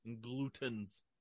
gluten's